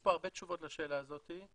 כאן הרבה תשובות לשאלה הזאת,